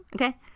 okay